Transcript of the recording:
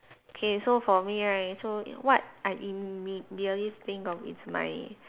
okay so for me right so what I immediately think of is my